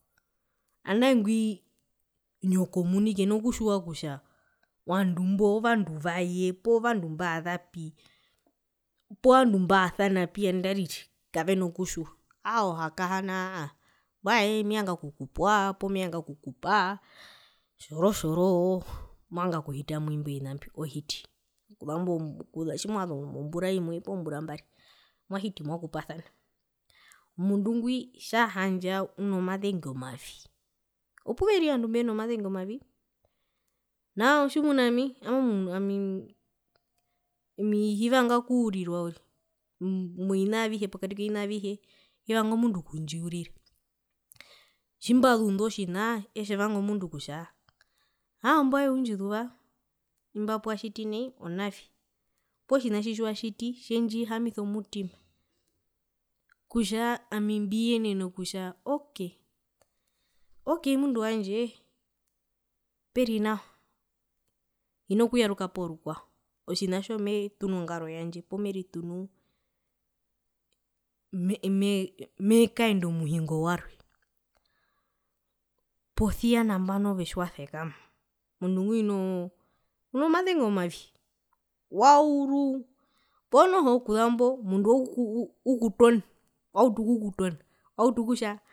Andae ngwi nyoko muni kena kutjiwa kutja ovandu mbo ovandu vaye poo vandu mbazapi poo ovandu mbasanapi andarire kavena kutjiwa aa ohakahana oo mbwae mevanga okukupwa poo mevanga okukupaa tjoro tjoroo movanga okuhita mumbio vina mbio ohiti okuzambo tjimwazu ombura imwe pozombura mbari mwahiti mwakupasana omundu ngwi tjahandja unomazenge omavi opuveri ovandu mbeno mazenge omavi nao tjimuna ami owami omu mu ami hivanga okuurirwa uriri movina avihe pokati kovina avihe hivanga omundu okundjiurira tjimbazunda otjina etjevanga omundu kutja aaa mbwae undjizuva imba puwatjiti nai onavi poo tjina tjiwatjiti tjendji hamisa omutima kutja ami mbiyenene kutja ok mundu wandje peri nawa hina kuyarukapo rukwao otjina tjo metuunu ongaro yandje poo meritunu mekaenda omuhingo warwe posia nambano ove tjiwasekama omundu ngwi unoo unomazenge omavi wauru poo noho okuzambo oo omundu ukutona wautu okukutona wautu okutja